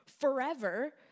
forever